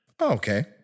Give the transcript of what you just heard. Okay